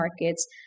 markets